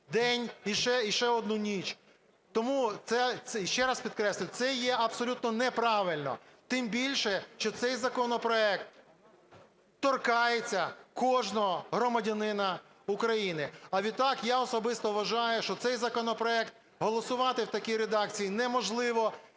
день, і ще одну ніч. Тому ще раз підкреслюю, це є абсолютно неправильно. Тим більше, що цей законопроект торкається кожного громадянина України. А відтак я особисто вважаю, що цей законопроект голосувати в такій редакції неможливо.